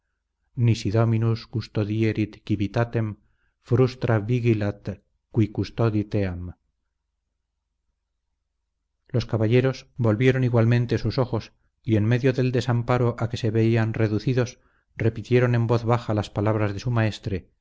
frustra vigilat qui custodit eam los caballeros volvieron igualmente sus ojos y en medio del desamparo a que se veían reducidos repitieron en voz baja las palabras de su maestre